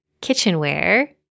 kitchenware